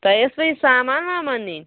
تۄہہِ ٲسوا یہِ سامان وامان نِیٚنۍ